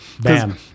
bam